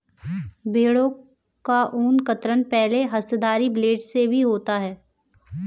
भेड़ों का ऊन कतरन पहले हस्तधारी ब्लेड से भी होता है